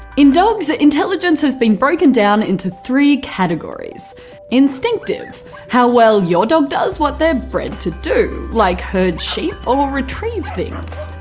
in dogs intelligence has been broken down into three categories instinctive how well your dog does what they are bred to do, like herd sheep or retrieve things.